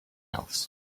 else